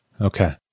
Okay